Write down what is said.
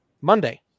Monday